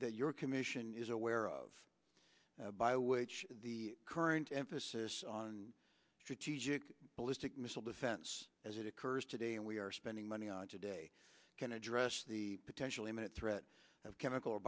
that your commission is aware of by which the current emphasis on strategic ballistic missile defense as it occurs today and we are spending money on today can address the potentially minute threat of chemical or